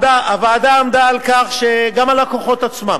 הוועדה עמדה על כך שגם הלקוחות עצמם,